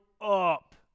up